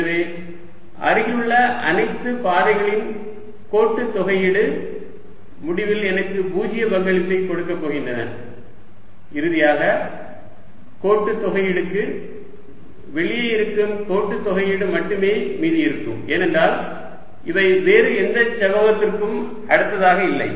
எனவே அருகிலுள்ள அனைத்து பாதைகளின் கோட்டுத்தொகையீடு முடிவில் எனக்கு பூஜ்ஜிய பங்களிப்பை கொடுக்கப் போகின்றன இறுதியாக கோட்டுத்தொகையீடுக்கு வெளியே இருக்கும் கோட்டுத்தொகையீடு மட்டுமே மீதி இருக்கும் ஏனென்றால் இவை வேறு எந்த செவ்வகத்திற்கும் அடுத்ததாக இல்லை